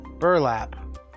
burlap